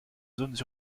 zones